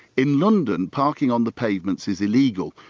in london parking on the pavements is illegal,